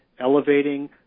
elevating